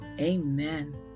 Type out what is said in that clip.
Amen